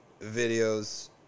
videos